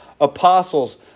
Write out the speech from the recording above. apostles